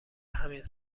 همین